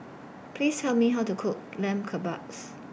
Please Tell Me How to Cook Lamb Kebabs